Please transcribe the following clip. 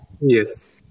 Yes